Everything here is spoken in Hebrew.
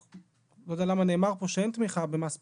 אני לא יודע למה נאמר פה שאין תמיכה במס פחמן,